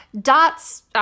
dots